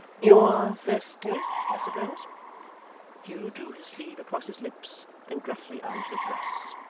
you are thirsty, i suppose hugh drew his sleeve across his lips, and gruffly answered yes.